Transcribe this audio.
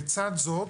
לצד זאת,